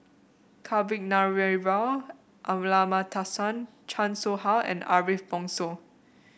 Kavignareru Amallathasan Chan Soh Ha and Ariff Bongso